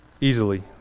easily